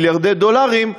מיליוני דולרים,